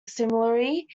similarly